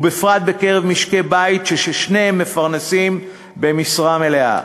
בפרט בקרב משקי-בית ששניהם מפרנסים במשרה מלאה.